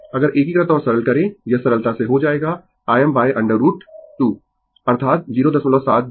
अगर एकीकृत और सरल करें यह सरलता से हो जाएगा Im √2 अर्थात 0707 Im